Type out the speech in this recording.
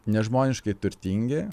nežmoniškai turtingi